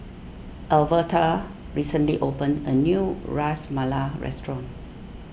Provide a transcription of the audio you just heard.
Alverta recently opened a new Ras Malai restaurant